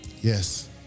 yes